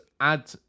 add